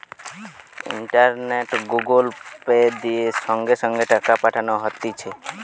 ইন্টারনেটে Google Pay, দিয়ে সঙ্গে সঙ্গে টাকা পাঠানো হতিছে